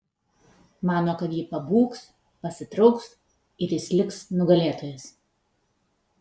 mano kad ji pabūgs pasitrauks ir jis liks nugalėtojas